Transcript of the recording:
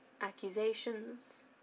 accusations